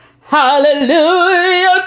Hallelujah